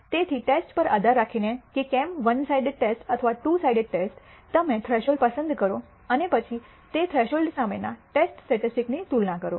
તેથીટેસ્ટ પર આધાર રાખી ને કે કેમ વન સાઇડેડ ટેસ્ટ અથવા ટૂ સાઇડેડ ટેસ્ટ તમે થ્રેશોલ્ડ પસંદ કરો અને પછી તે થ્રેશોલ્ડ સામેના ટેસ્ટ સ્ટેટિસ્ટિક્સની તુલના કરો